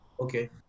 Okay